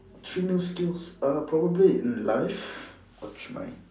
three new skills err probably in life !ouch! my